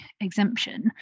exemption